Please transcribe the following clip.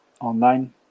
online